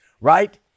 right